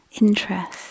interest